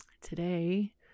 today